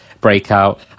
breakout